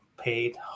paid